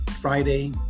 Friday